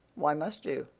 why must you?